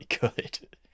good